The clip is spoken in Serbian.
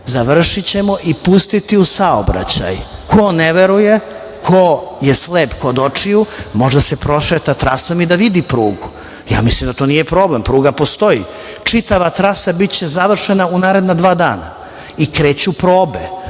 završićemo i pustiti u saobraćaj. Ko ne veruje, ko je slep kod očiju, može da se prošeta trasom i da vidi prugu, ja mislim da to nije problem, pruga postoji. Čitava trasa biće završena u naredna dva dana i kreću probe.